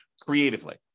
creatively